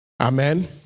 Amen